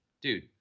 dude